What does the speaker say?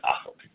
awful